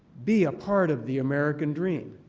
be a part of the american dream.